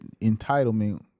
entitlement